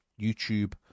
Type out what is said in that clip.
YouTube